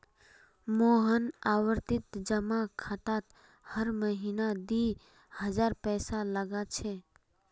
मोहन आवर्ती जमा खातात हर महीना दी हजार पैसा लगा छे